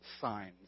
signs